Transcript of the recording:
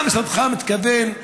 מה משרדך מתכוון,